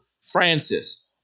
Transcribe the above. Francis